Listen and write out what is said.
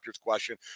question